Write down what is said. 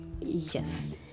Yes